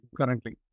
currently